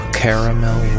caramel